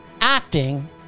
acting